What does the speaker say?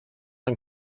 yng